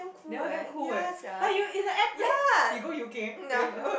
that one damn cool eh but you in a airplane you go U_K then you just